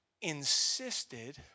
insisted